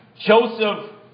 Joseph